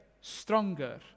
stronger